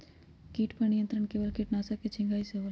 किट पर नियंत्रण केवल किटनाशक के छिंगहाई से होल?